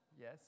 Yes